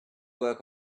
work